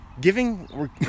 giving